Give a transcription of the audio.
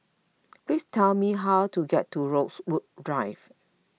please tell me how to get to Rosewood Drive